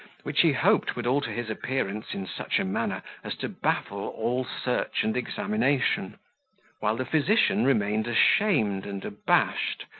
which he hoped would alter his appearance in such a manner as to baffle all search and examination while the physician remained ashamed and abashed,